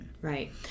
Right